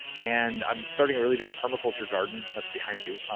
and i'm starting a really big permaculture garden. that's behind you.